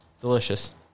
Delicious